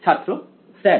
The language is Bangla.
ছাত্র স্যার